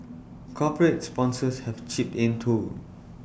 corporate sponsors have chipped in too